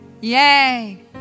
Yay